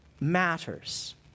matters